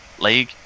league